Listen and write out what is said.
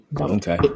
okay